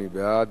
מי בעד?